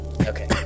Okay